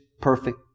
perfect